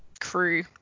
crew